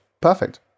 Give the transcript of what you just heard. Perfect